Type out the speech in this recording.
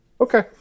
Okay